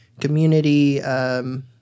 community